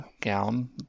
gown